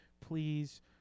please